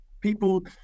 people